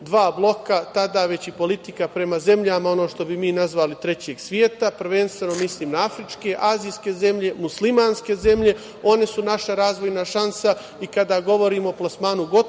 dva bloka tada, već i politika prema zemljama, ono što bi mi nazvali „trećeg sveta“, prvenstveno mislim na afričke, azijske zemlje, muslimanske zemlje, one su naša razvojna šansa, kada govorimo o plasmanu gotovih